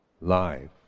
life